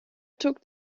took